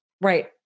Right